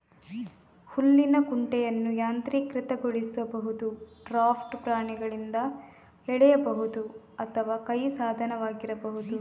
ಹುಲ್ಲಿನ ಕುಂಟೆಯನ್ನು ಯಾಂತ್ರೀಕೃತಗೊಳಿಸಬಹುದು, ಡ್ರಾಫ್ಟ್ ಪ್ರಾಣಿಗಳಿಂದ ಎಳೆಯಬಹುದು ಅಥವಾ ಕೈ ಸಾಧನವಾಗಿರಬಹುದು